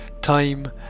time